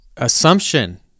assumption